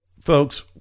Folks